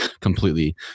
completely